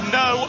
no